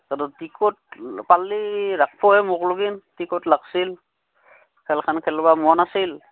আৰু টিকট পালে ৰাখিব হে মোক লগিন টিকট লাগিছিল খেলখন খেলিব মন আছিল